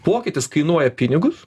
pokytis kainuoja pinigus